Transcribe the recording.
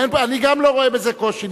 גם אני לא רואה בזה קושי.